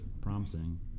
promising